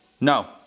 No